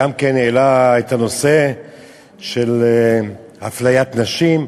גם הוא העלה את הנושא של אפליית נשים.